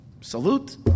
Salute